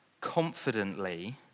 confidently